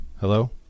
Hello